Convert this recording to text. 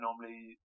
normally